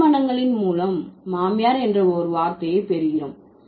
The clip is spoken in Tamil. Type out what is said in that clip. திருமணங்களின் மூலம் மாமியார் என்ற ஒரு வார்த்தையை பெறுகிறோம்